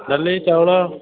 ଡାଲି ଚାଉଳ